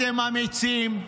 אתם אמיצים,